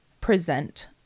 present